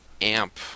Amp